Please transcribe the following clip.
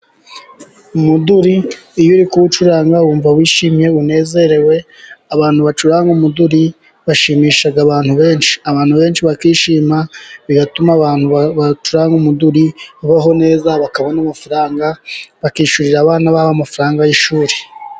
Umuduri iyo uri kuwucuranga wumva wishimye unezerewe, abantu bacuranga umuduri bashimisha abantu benshi. Abantu benshi bakishima bigatuma abantu bacuranga umuduri babaho neza bakabona amafaranga, bakishyurira abana babo amafaranga y'ishuri.